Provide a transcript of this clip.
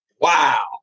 Wow